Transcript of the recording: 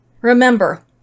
remember